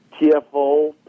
TFO